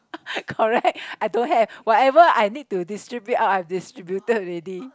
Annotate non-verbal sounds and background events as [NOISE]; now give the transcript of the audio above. [LAUGHS] correct I don't have whatever I need to distribute out I distributed already